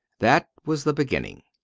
that was the beginning.